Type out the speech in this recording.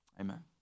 Amen